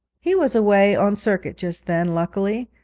he was away on circuit just then, luckily,